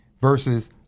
versus